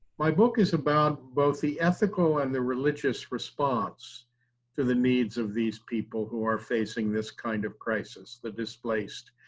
my book is about both the ethical and the religious response to the needs of these people who are facing this kind of crisis, the displaced,